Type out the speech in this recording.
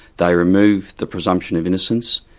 they remove the presumption of innocence,